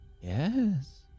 Yes